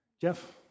Jeff